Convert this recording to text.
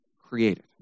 created